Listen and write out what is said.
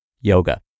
yoga